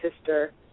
sister